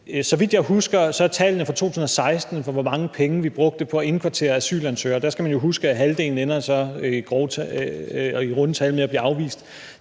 Så vidt jeg husker tallene fra 2016 på, hvor mange penge vi brugte på at indkvartere asylansøgere – og der skal man jo huske, at halvdelen i runde tal altså ender med at blive afvist